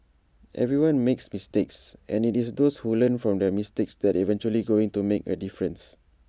everyone makes mistakes and IT is those who learn from their mistakes that are eventually going to make A difference